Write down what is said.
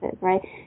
right